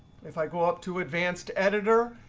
if i go up to advanced editor,